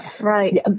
right